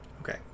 Okay